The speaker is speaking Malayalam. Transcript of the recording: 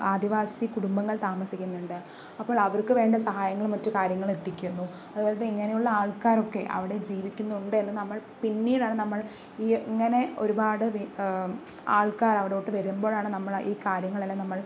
ആദിവാസി കുടുംബങ്ങൾ താമസിക്കുന്നുണ്ട് അപ്പോൾ അവർക്കു വേണ്ട സഹായങ്ങളും മറ്റ് കാര്യങ്ങളും എത്തിക്കുന്നു അതുപോലത്തെ ഇങ്ങനെയുള്ള ആൾക്കാരൊക്കെ അവിടെ ജീവിക്കുന്നുണ്ട് എന്ന് നമ്മൾ പിന്നീടാണ് നമ്മൾ ഈ ഇങ്ങനെ ഒരുപാട് ആൾക്കാര് അവിടോട്ട് വരുമ്പോഴാണ് നമ്മള് ഈ കാര്യങ്ങളെല്ലാം നമ്മൾ